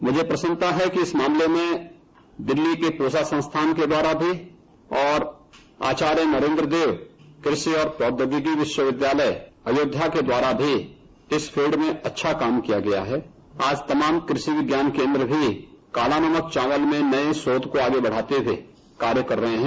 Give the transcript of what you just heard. मुझे प्रसन्नता है कि इस मामले में दिल्ली कोसा संस्थान के द्वारा भी और आचार्य नरेन्द्र देव कृषि और प्रौद्योगिकी विश्वविद्यालय अयोध्या के द्वारा भी इस फील्ड में अच्छा काम किया गया है और आज तमाम कृषि विज्ञान केन्द्र भी काला नमक चावल के क्षेत्र में नए शोध को आगे बढ़ाते हुए कार्य कर रहे हैं